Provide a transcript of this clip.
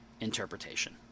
interpretation